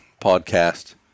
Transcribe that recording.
podcast